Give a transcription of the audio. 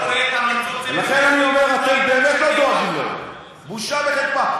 אם היית קורא את ההמלצות, בושה וחרפה.